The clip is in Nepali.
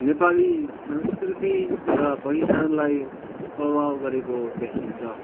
नेपाली संस्कृति र पहिचानलाई प्रभाव गरेको देखिन्छ